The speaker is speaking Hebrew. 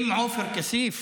אם עופר כסיף,